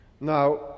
Now